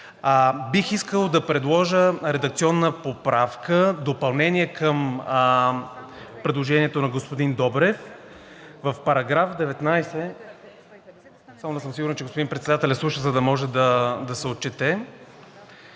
Бих искал да предложа редакционна поправка, допълнение към предложението на господин Добрев. Само не съм сигурен дали господин Председателят слуша, за да може да се отчете.